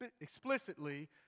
explicitly